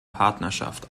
partnerschaft